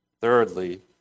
Thirdly